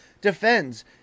defends